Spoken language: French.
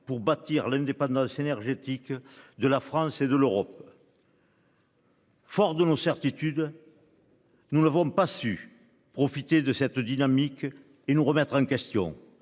pour bâtir l'indépendance énergétique de la France et de l'Europe. Fort de nos certitudes. Nous ne vont pas su profiter de cette dynamique et nous remettre en question.